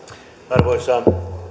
arvoisa